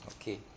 Okay